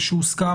שהוסכם,